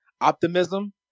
optimism